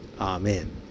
Amen